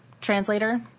translator